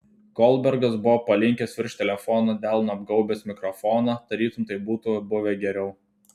goldbergas buvo palinkęs virš telefono delnu apgaubęs mikrofoną tarytum taip būtų buvę geriau